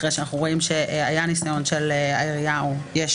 אחרי שאנחנו רואים שהיה ניסיון של העירייה ויש